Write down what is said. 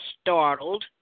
startled